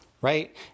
Right